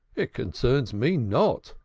it concerns me not.